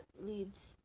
leads